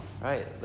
right